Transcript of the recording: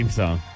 song